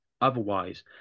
otherwise